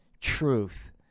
truth